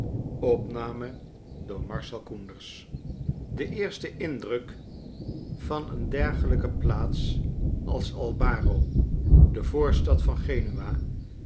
de eerste indruk van een dergelijke plaats als albaro de voorstad van genua